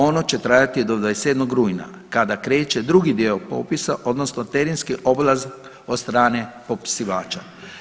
Ono će trajati do 27. rujna kada kreće drugi dio popisa odnosno terenski obilazak od strane popisivača.